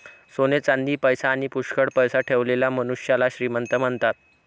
सोने चांदी, पैसा आणी पुष्कळ पैसा ठेवलेल्या मनुष्याला श्रीमंत म्हणतात